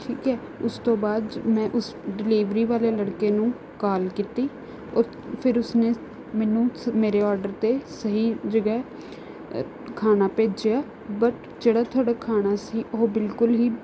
ਠੀਕ ਹੈ ਉਸ ਤੋਂ ਬਾਅਦ ਮੈਂ ਉਸ ਡਿਲੀਵਰੀ ਵਾਲੇ ਲੜਕੇ ਨੂੰ ਕਾਲ ਕੀਤੀ ਉ ਫਿਰ ਉਸਨੇ ਮੈਨੂੰ ਮੇਰੇ ਔਡਰ 'ਤੇ ਸਹੀ ਜਗ੍ਹਾ ਅ ਖਾਣਾ ਭੇਜਿਆ ਬਟ ਜਿਹੜਾ ਤੁਹਾਡਾ ਖਾਣਾ ਸੀ ਉਹ ਬਿਲਕੁਲ ਹੀ